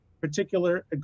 particular